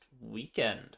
weekend